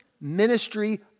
ministry